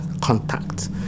contact